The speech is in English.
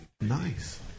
Nice